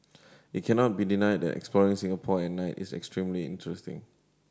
it cannot be denied that exploring Singapore at night is extremely interesting